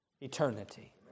eternity